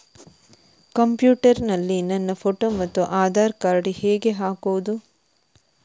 Computer ನಲ್ಲಿ ನನ್ನ photo ಮತ್ತು ಆಧಾರ್ ಕಾರ್ಡ್ ಹೇಗೆ ಹಾಕುವುದು?